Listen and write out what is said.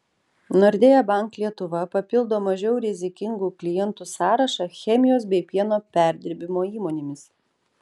nordea bank lietuva papildo mažiau rizikingų klientų sąrašą chemijos bei pieno perdirbimo įmonėmis